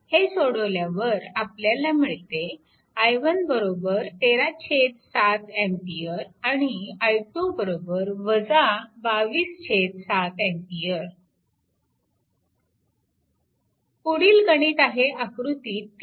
हे सोडवल्यावर आपल्याला मिळते i1 13 7 A आणि i2 22 7 A पुढील गणित आहे आकृती 3